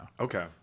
Okay